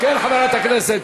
ועדת הסמים.